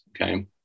okay